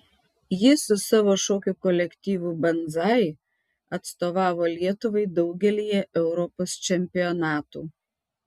jis su savo šokių kolektyvu banzai atstovavo lietuvai daugelyje europos čempionatų